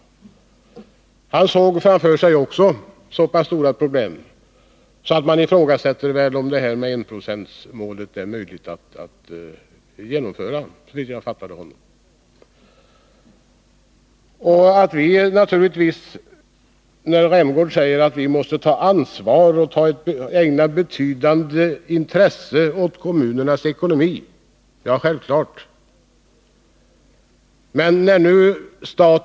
Också han såg framför sig så stora problem att man kunde ifrågasätta om det var möjligt att nå enprocentsmålet. Rolf Rämgård säger att vi måste ägna ett betydande intresse åt kommunernas ekonomi. Självfallet måste vi göra det.